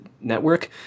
network